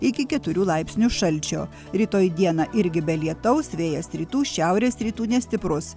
iki keturių laipsnių šalčio rytoj dieną irgi be lietaus vėjas rytų šiaurės rytų nestiprus